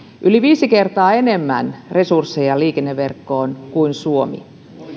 yli viisi kertaa enemmän resursseja liikenneverkkoon kuin suomi